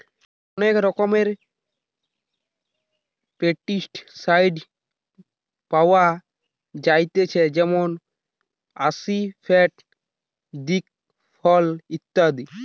অনেক রকমের পেস্টিসাইড পাওয়া যায়তিছে যেমন আসিফেট, দিকফল ইত্যাদি